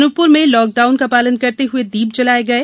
अनुपपुर में लॉकडाउन का पालन करते हुए दीप जलाये गये